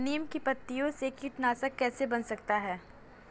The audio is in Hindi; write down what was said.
नीम की पत्तियों से कीटनाशक कैसे बना सकते हैं?